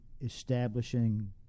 establishing